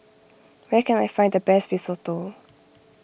where can I find the best Risotto